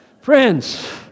Friends